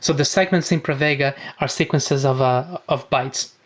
so the segments in pravega are sequences of ah of bytes.